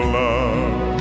love